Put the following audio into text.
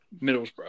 Middlesbrough